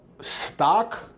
stock